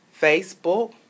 Facebook